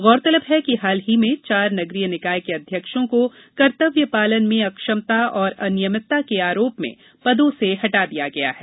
गौरतलब है कि हाल ही में चार नगरीय निकाय के अध्यक्षों को कर्तव्य पालन में अक्षमता और अनियमितता के आरोप में पदों से हटा दिया गया है